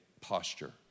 posture